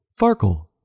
Farkle